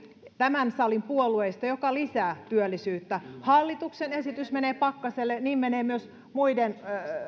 tämän salin puolueiden esityksistä ainut budjettiesitys joka lisää työllisyyttä hallituksen esitys menee pakkaselle niin menee myös muiden